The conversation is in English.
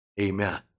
Amen